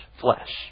flesh